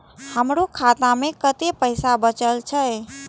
हमरो खाता में कतेक पैसा बचल छे?